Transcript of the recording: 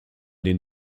den